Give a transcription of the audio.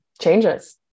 changes